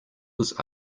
was